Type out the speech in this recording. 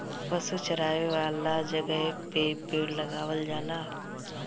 पशु चरावे वाला जगहे पे पेड़ लगावल जाला